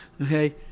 Okay